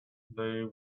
they